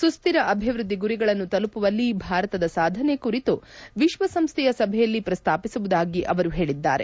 ಸುತ್ಕಿರ ಅಭಿವೃದ್ಧಿ ಗುರಿಗಳನ್ನು ತಲುಪುವಲ್ಲಿ ಭಾರತದ ಸಾಧನೆ ಕುರಿತು ವಿಶ್ವಸಂಸ್ಥೆಯ ಸಭೆಯಲ್ಲಿ ಪ್ರಸ್ತಾಪಿಸುವುದಾಗಿ ಅವರು ಹೇಳಿದ್ದಾರೆ